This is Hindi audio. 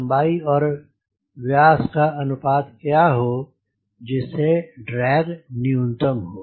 लम्बाई और व्यास का अनुपात क्या हो जिस से ड्रैग न्यूनतम हो